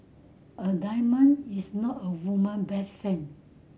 a diamond is not a woman best friend